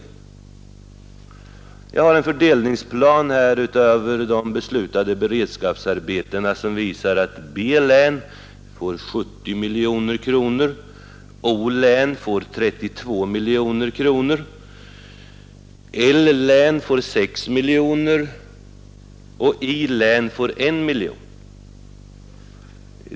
Jag har här en fördelningsplan över beslutade beredskapsarbeten, som visar att B län får 70 miljoner kronor, O län 32 miljoner kronor, L län 6 miljoner kronor och I län 1 miljon kronor.